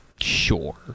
sure